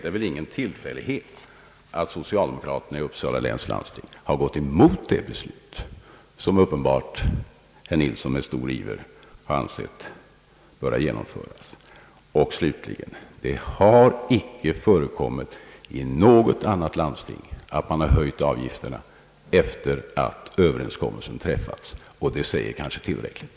Det är ingen tillfällighet att socialdemokraterna i Uppsala läns landsting har gått emot det beslut som herr Nilsson uppenbarligen med stor iver har ansett böra genomföras. Slutligen vill jag framhålla att det icke förekommit i något annat landsting att man höjt avgifterna efter det att överenskommelsen träffats. Det säger kanske tillräckligt.